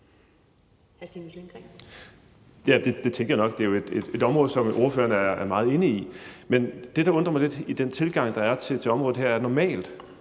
Ja, det tænkte jeg nok, for det er jo et område, som ordføreren er meget inde i. Men det, der undrer mig lidt ved den tilgang, der er til området her, er, at